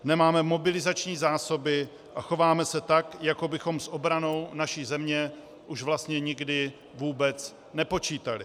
Nemáme mobilizační zásoby a chováme se tak, jako bychom s obranou naší země už vlastně nikdy vůbec nepočítali.